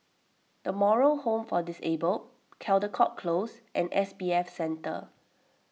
the Moral Home for Disabled Caldecott Close and S B F Center